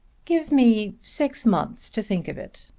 give me six months to think of it.